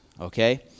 okay